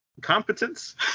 competence